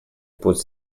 путь